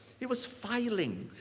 he was filing.